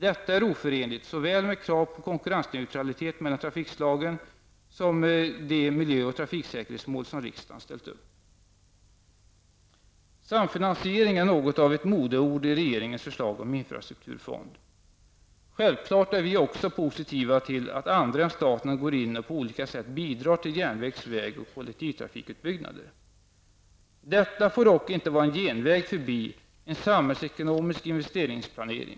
Detta är oförenligt med såväl krav på konkurrensneutralitet mellan trafikslagen som med de miljö och trafiksäkerhetsmål riksdagen ställt upp. Samfinansiering är något av ett modeord i regeringens förslag till infrastrukturfond. Vi är självfallet också positiva till att andra än staten går in och på olika sätt bidrar till järnvägs-, väg och kollektivtrafikutbyggnader. Detta får dock inte vara en genväg förbi en samhällsekonomisk investeringsplanering.